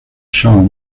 shawn